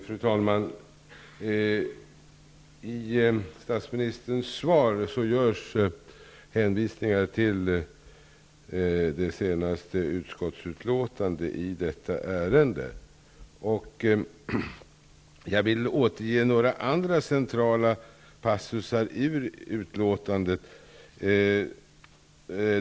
Fru talman! I statsministerns svar görs hänvisningar till det senaste utskottsutlåtandet i detta ärende. Jag vill återge några andra centrala passusar i utlåtandet.